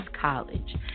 College